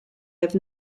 have